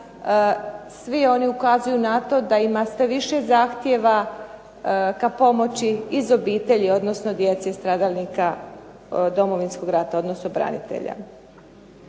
svi oni ukazuju na to da ima sve viša zahtjeva ka pomoći iz obitelji, odnosno djece stradalnika Domovinskog rata odnosno branitelja.